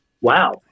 Wow